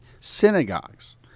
synagogues